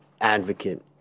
advocate